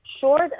short